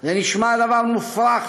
זה נשמע דבר מופרך,